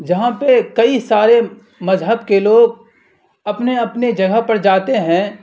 جہاں پہ کئی سارے مذہب کے لوگ اپنے اپنے جگہ پر جاتے ہیں